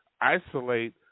isolate